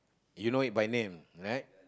you know it by name right